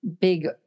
big